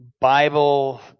Bible